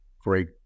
great